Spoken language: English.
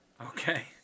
Okay